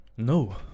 No